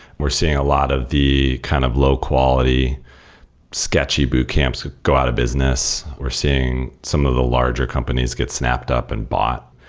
we're seeing a lot of the kind of low quality sketchy boot camps go out of business. we're seeing some of the larger companies get snapped up and bought.